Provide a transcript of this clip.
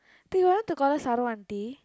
do you want to call her Saro aunty